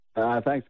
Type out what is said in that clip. Thanks